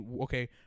okay